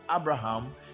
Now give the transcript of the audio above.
Abraham